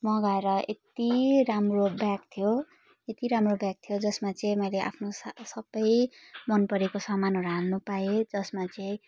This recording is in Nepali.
मगाएर यति राम्रो ब्याग थियो यति राम्रो ब्याग थियो जसमा चाहिँ मैले आफ्नो सा सबै मन परेको सामानहरू हाल्नु पाएँ जसमा चाहिँ